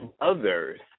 others